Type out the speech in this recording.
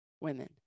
Women